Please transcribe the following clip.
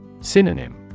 Synonym